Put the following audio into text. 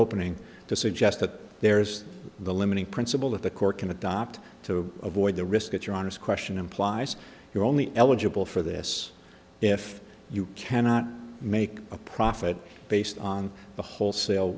opening to suggest that there's the limiting principle that the court can adopt to avoid the risk that your honest question implies you're only eligible for this if you cannot make a profit based on the wholesale